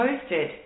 posted